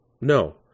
No